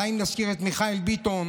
די אם נזכיר את מיכאל ביטון,